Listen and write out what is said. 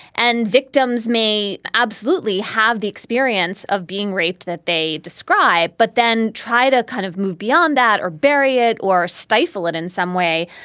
and victims may absolutely have the experience of being raped that they describe, but then try to kind of move beyond that or bury it or stifle it in some way,